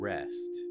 Rest